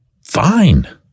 fine